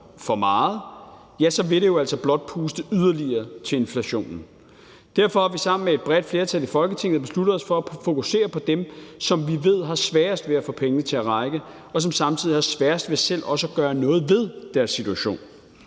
for meget, ja, så vil det jo altså blot puste yderligere til inflationen. Derfor har vi sammen med et bredt flertal i Folketinget besluttet os for at fokusere på dem, som vi ved har sværest ved at få pengene til at række, og som samtidig har sværest ved selv også at gøre noget ved deres situation.